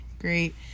great